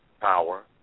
power